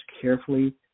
carefully